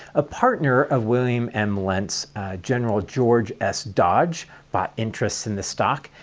a partner of william m. lent's general george s. dodge bought interests in the stock,